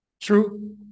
true